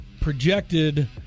projected